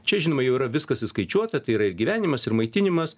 čia žinoma jau yra viskas įskaičiuota tai yra ir gyvenimas ir maitinimas